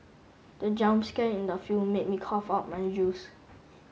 the jump scare in the film made me cough out my juice